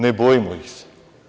Ne bojimo ih se.